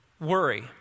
Worry